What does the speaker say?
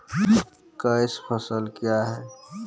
Cash फसल क्या हैं?